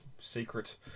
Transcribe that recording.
secret